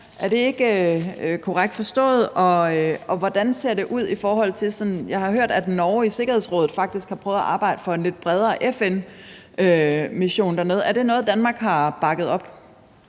Er det ikke korrekt forstået? Og hvordan ser det ud i forhold til det, som jeg har hørt om, at Norge i Sikkerhedsrådet faktisk har prøvet at arbejde for en lidt bredere FN-mission dernede? Er det noget, som Danmark har bakket op?